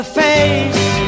face